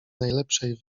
najlepszej